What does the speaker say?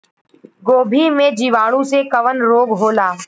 गोभी में जीवाणु से कवन रोग होला?